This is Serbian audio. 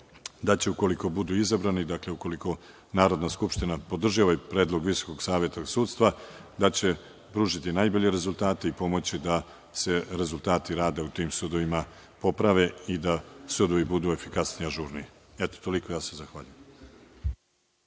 da će ukoliko budu izabrani, dakle, ukoliko Narodna skupština podrži ovaj predlog VSS, da će pružiti najbolje rezultate i pomoći da se rezultati rada u tim sudovima poprave i da sudovi budu efikasniji i ažurniji. Toliko. Hvala.